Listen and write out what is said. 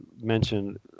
mentioned